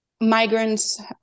migrants